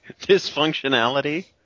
Dysfunctionality